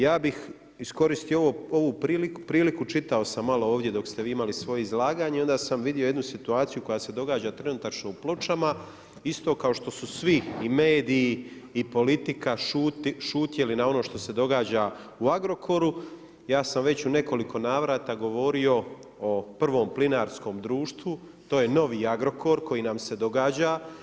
Ja bih iskoristio ovu priliku čitao sam malo ovdje dok ste vi imali svoje izlaganje i onda sam vidio jednu situaciju koja se događa trenutačno u Pločama, isto kao što su svi i mediji i politika šutjeli na ono što se događa u Agrokoru, ja sam već u nekoliko navrata govorio Prvom plinarskom društvu to je, to je novi Agrokor koji nam se događa.